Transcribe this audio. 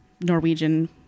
Norwegian